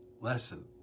lesson